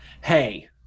hey